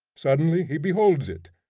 suddenly he beholds it,